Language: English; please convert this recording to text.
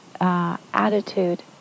attitude